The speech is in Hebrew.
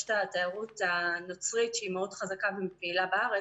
יש את התיירות הנוצרית שהיא מאוד חזקה ופעילה בארץ.